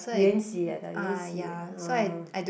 Yan-Xi I tell you Yan-Xi [huh] orh